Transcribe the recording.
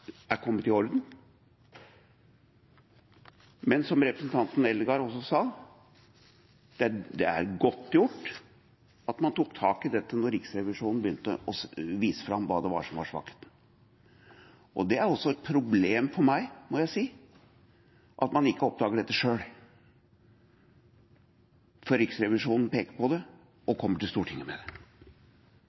jeg går ned herfra – og at hun sier at det er riktig. Komiteen og Stortinget er glad for at dette nå er kommet i orden. Men, som representanten Eldegard også sa, det er godt gjort at man tok tak i dette da Riksrevisjonen begynte å vise fram hva som var svakhetene. Det er også et problem for meg at man ikke oppdager dette selv, før Riksrevisjonen peker på det og kommer til Stortinget